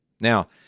Now